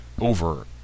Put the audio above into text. over